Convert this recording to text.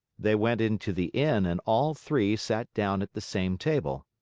they went into the inn and all three sat down at the same table.